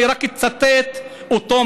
אני רק אצטט אותו,